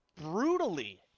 brutally